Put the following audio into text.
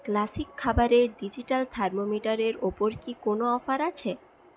classic খাবারের digital thermometer এর ওপর কী কোনও অফার আছে